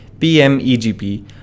PMEGP